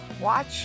watch